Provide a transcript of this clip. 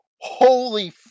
holy